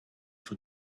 for